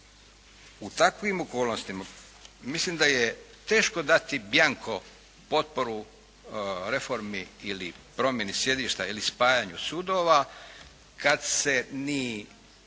U takvim okolnostima mislim da je teško dati bianco potporu reformi ili promjeni sjedišta ili spajanju sudova kad se ni